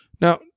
Now